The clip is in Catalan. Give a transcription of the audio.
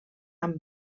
amb